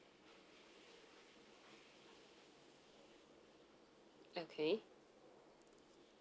okay